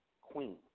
queen